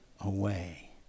away